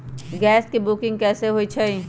Gas के booking कैसे होईछई?